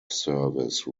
service